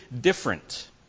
different